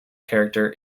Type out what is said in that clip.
character